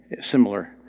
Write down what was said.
similar